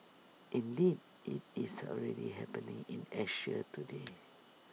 indeed IT is already happening in Asia today